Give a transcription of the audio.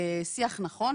שיח נכון,